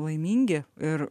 laimingi ir